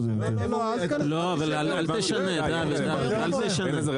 לא אבל אל תשנה, אל תשנה,